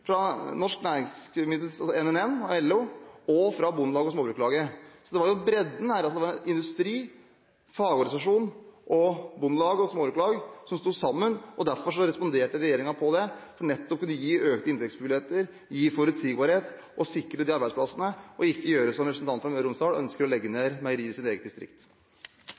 fra NHO Mat og Landbruk, fra Norsk Nærings- og Nytelsesmiddelarbeiderforbund – LO og fra Bondelaget og Småbrukarlaget. Det var bredde her – industri, fagorganisasjon, bondelag og småbrukarlag sto sammen. Derfor responderte regjeringen på det, nettopp for å kunne gi økte inntektsmuligheter, gi forutsigbarhet og sikre arbeidsplassene, og ikke gjøre som representanten fra Møre og Romsdal som ønsker å legge ned meieriet i sitt eget distrikt.